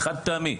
זה חד-פעמי,